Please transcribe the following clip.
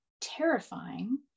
terrifying